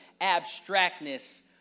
abstractness